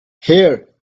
here